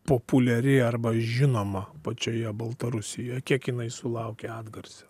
populiari arba žinoma pačioje baltarusijoj kiek jinai sulaukia atgarsio